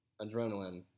adrenaline